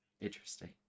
Interesting